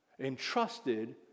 entrusted